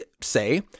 say